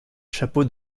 chapeau